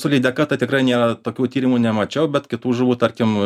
su lydeka tai tikrai nėra tokių tyrimų nemačiau bet kitų žuvų tarkim